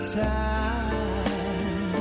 time